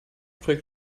trägt